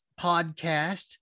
podcast